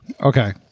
okay